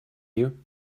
you